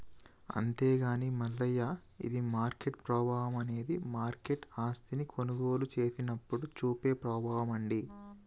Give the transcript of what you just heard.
అంతేగాని మల్లయ్య ఇది మార్కెట్ ప్రభావం అనేది మార్కెట్ ఆస్తిని కొనుగోలు చేసినప్పుడు చూపే ప్రభావం అండి